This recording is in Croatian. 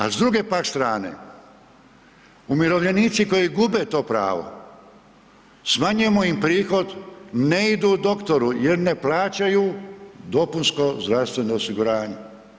A s druge pak strane, umirovljenici koji gube to pravo, smanjujemo im prihod, ne idu doktoru jer ne plaćaju dopunsko zdravstveno osiguranje.